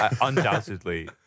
undoubtedly